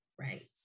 Right